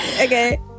okay